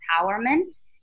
empowerment